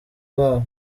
babo